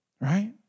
right